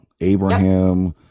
Abraham